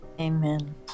Amen